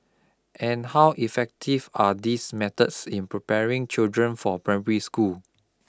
and how effective are these methods in preparing children for primary school